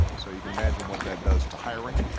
so you can imagine what that does to hiring,